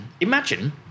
imagine